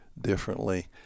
differently